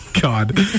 God